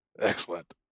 Excellent